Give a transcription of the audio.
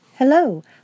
Hello